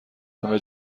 همه